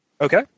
Okay